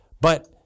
But-